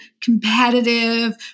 competitive